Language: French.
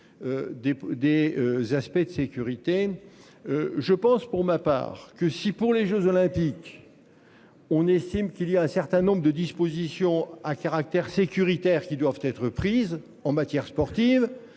des aspects de sécurité. Je pense pour ma part que si pour les Jeux olympiques. On estime qu'il y a un certain nombre de dispositions à caractère sécuritaire qui doivent être prises en matière sportive,